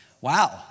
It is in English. Wow